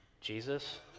Jesus